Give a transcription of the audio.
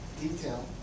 detail